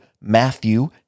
Matthew